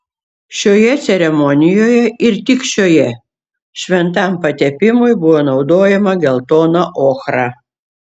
šioje ceremonijoje ir tik šioje šventam patepimui buvo naudojama geltona ochra